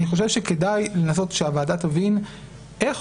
אני חושב שכדאי לנסות שהוועדה תבין איך